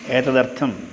एतदर्थं